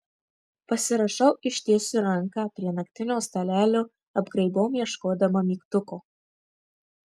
pasirąžau ištiesiu ranką prie naktinio stalelio apgraibom ieškodama mygtuko